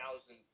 thousand